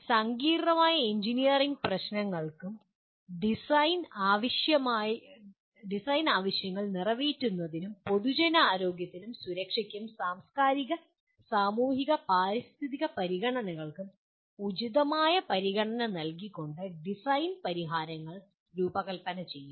സങ്കീർണ്ണമായ എഞ്ചിനീയറിംഗ് പ്രശ്നങ്ങൾക്കും ഡിസൈൻ ആവശ്യങ്ങൾ നിറവേറ്റുന്നതിനും പൊതുജനാരോഗ്യത്തിനും സുരക്ഷയ്ക്കും സാംസ്കാരിക സാമൂഹിക പാരിസ്ഥിതിക പരിഗണനകൾക്കും ഉചിതമായ പരിഗണന നൽകിക്കൊണ്ട് ഡിസൈൻ പരിഹാരങ്ങൾ രൂപകൽപ്പന ചെയ്യുക